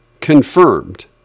confirmed